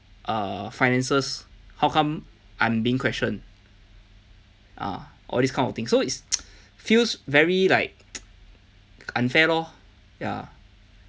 err finances how come I'm being questioned ah all this kind of thing so it's feels very like unfair lor ya